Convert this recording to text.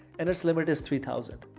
and its limit is three thousand.